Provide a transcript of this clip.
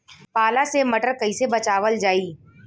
पाला से मटर कईसे बचावल जाई?